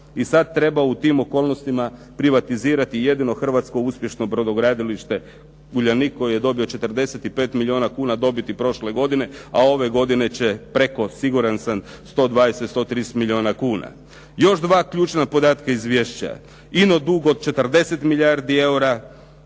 I sada treba u tim okolnostima privatizirati jedino hrvatsko uspješno brodogradilište "Uljanik" koji je dobio 45 milijuna kuna dobiti prošle godine, a ove godine će preko siguran sam 120, 130 milijuna kuna. Još dva ključna podatka izvješća. Ino dug od 40 milijardi eura,